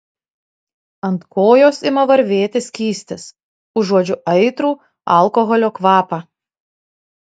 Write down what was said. ant kojos ima varvėti skystis užuodžiu aitrų alkoholio kvapą